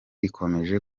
ikomeje